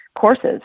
courses